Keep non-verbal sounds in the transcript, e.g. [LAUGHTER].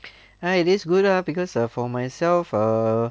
[BREATH] hi this is good ah because for myself err